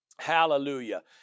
Hallelujah